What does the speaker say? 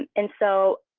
and and so